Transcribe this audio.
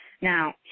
Now